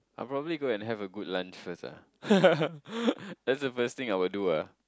I'll probably go and have a good lunch first ah that's the first thing I will do ah